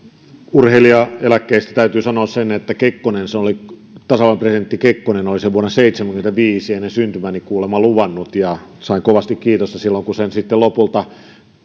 urheilijaeläkkeestä täytyy sanoa se että tasavallan presidentti kekkonen oli sen vuonna seitsemänkymmentäviisi ennen syntymääni kuulemma luvannut ja sain kovasti kiitosta silloin kun sen sitten lopulta